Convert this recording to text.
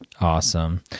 awesome